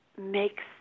makes